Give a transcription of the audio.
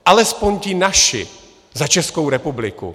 Alespoň ti naši za Českou republiku.